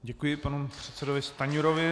Děkuji panu předsedovi Stanjurovi.